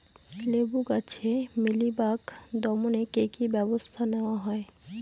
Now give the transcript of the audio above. লেবু গাছে মিলিবাগ দমনে কী কী ব্যবস্থা নেওয়া হয়?